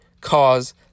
cause